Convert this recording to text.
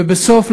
ובסוף,